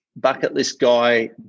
BucketlistGuy